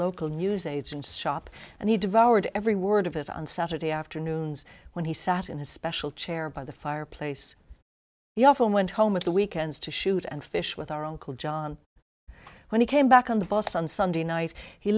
local news aides and stop and he devoured every word of it on saturday afternoons when he sat in his special chair by the fireplace he often went home at the weekends to shoot and fish with our own call john when he came back on the bus on sunday night he